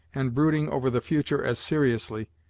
and brooding over the future as seriously,